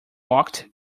walked